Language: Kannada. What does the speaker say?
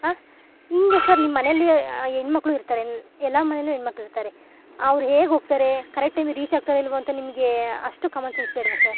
ಆಂ ಹಿಂಗೆ ಸರ್ ನಿಮ್ಮ ಮನೆಲ್ಲಿ ಹೆಣ್ಮಕ್ಳು ಇರ್ತಾರೆ ಎಲ್ಲ ಮನೇಲ್ಲೂ ಹೆಣ್ಮಕ್ಳ್ ಇರ್ತಾರೆ ಅವ್ರು ಹೇಗೆ ಹೋಗ್ತಾರೆ ಕರೆಕ್ಟ್ ಟೈಮಿಗೆ ರೀಚ್ ಆಗ್ತಾರೋ ಇಲ್ಲವೋ ಅಂತ ನಿಮಗೆ ಅಷ್ಟು ಕಾಮನ್ಸೆನ್ಸ್ ಬೇಡವಾ ಸರ್